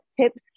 tips